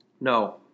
No